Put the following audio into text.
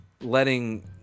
letting